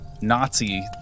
Nazi